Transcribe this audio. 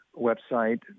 website